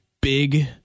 big